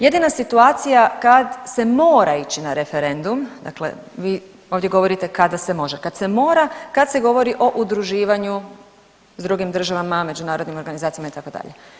Jedina situacija kad se mora ići na referendum, dakle vi ovdje govorite kada se može, kad se mora kad se govori o udruživanju s drugim državama, međunarodnim organizacijama itd.